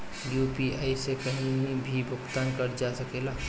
UPI से कहीं भी भुगतान कर जा सकेला?